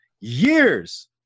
Years